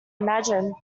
imagine